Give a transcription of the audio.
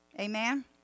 amen